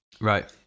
Right